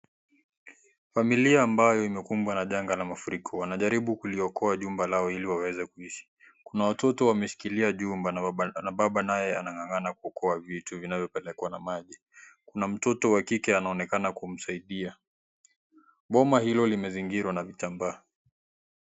Familia ambayo imekumbwa na janga la mafuriko, wanajaribu kuliokoa jumba lao ili waweze kuishi, kuna watoto wameshikilia jumba na baba naye anang'ang'ana kuokoa vitu vinavyopelekwa na maji, kuna mtoto wa kike anaonekana kumsaidia, boma hilo limezingirwa na vitambaa.